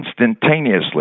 instantaneously